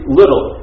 little